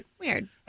Weird